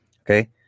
okay